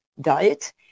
diet